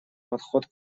подход